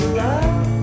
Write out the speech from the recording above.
love